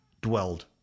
dwelled